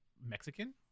Mexican